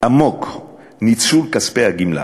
עמוק ניצול כספי הגמלה.